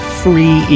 free